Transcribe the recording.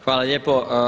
Hvala lijepo.